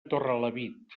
torrelavit